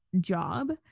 job